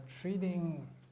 treating